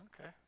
okay